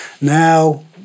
Now